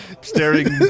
staring